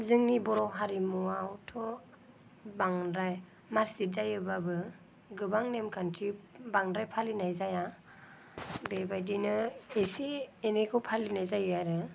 जोंनि बर' हारिमुआवथ' बांद्राय मार्सिक जायो बाबो गोबां नेमखान्थि बांद्राय फालिनाय जाया बे बायदिनो एसे एनैखौ फालिनाय जायो आरो